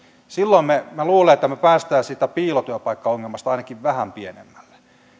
silloin minä luulen että me pääsemme siitä piilotyöpaikkaongelmasta ainakin vähän pienemmälle